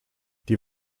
die